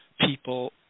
people